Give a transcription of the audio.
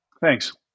Thanks